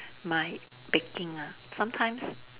my baking ah sometimes